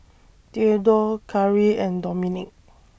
Theadore Khari and Dominik